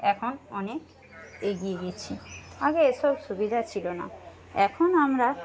এখন অনেক এগিয়ে গেছি আগে এসব সুবিধা ছিল না এখন আমরা